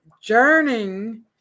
Journeying